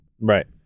Right